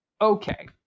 Okay